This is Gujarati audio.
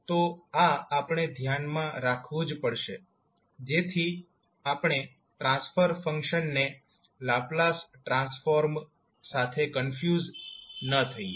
તો આ આપણે ધ્યાનમાં રાખવું જ પડશે જેથી આપણે ટ્રાન્સફર ફંક્શનને લાપ્લાસ ટ્રાન્સફોર્મ સાથે કન્ફ્યુઝ ન થઇએ